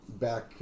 back